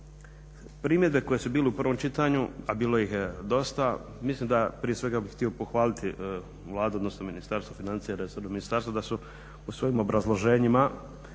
primjedbe koje su bile u prvom čitanju, a bilo ih je dosta, mislim da prije svega bi htio pohvaliti Vladu, odnosno Ministarstvo financija i resorno Ministarstvo da su u svojim obrazloženjima